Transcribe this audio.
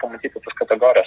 pamatyti kategorijas